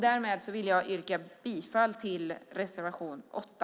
Därmed vill jag yrka bifall till reservation 8.